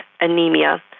anemia